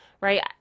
right